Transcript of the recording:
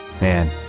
Man